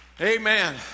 amen